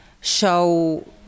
show